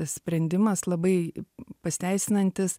sprendimas labai pasiteisinantis